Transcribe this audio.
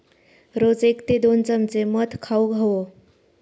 रोज एक ते दोन चमचे मध खाउक हवो